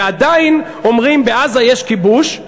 ועדיין אומרים: בעזה יש כיבוש,